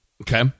Okay